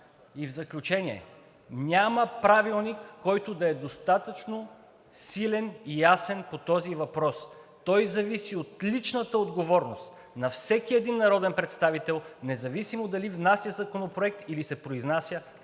И в заключение – няма правилник, който да е достатъчно силен и ясен по този въпрос. Той зависи от личната отговорност на всеки един народен представител, независимо дали внася законопроект, или се произнася